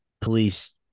police